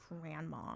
grandma